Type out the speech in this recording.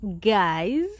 Guys